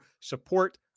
support